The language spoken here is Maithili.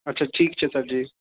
अच्छा ठीक छै सर जी